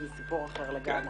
זה סיפור אחר לגמרי.